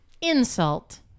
Insult